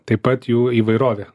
taip pat jų įvairovė